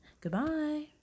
goodbye